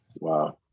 Wow